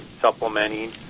supplementing